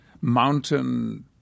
mountain